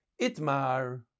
Itmar